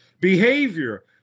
Behavior